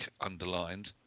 underlined